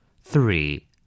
three